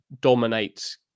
dominates